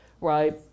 right